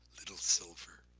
little silver,